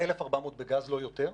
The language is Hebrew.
1,400 בגז, לא יותר.